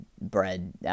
bread